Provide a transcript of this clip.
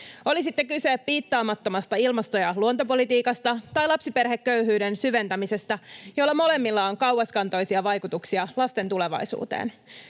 oli sitten kyse piittaamattomasta ilmasto- ja luontopolitiikasta tai lapsiperheköyhyyden syventämisestä, joilla molemmilla on kauaskantoisia vaikutuksia lasten tulevaisuuteen,